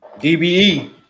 DBE